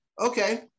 okay